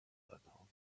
فرصتها